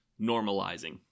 normalizing